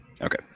Okay